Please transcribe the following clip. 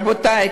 רבותי,